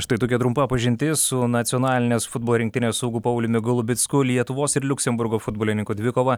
štai tokia trumpa pažintis su nacionalinės futbolo rinktinės saugu pauliumi golubicku lietuvos ir liuksemburgo futbolininkų dvikovą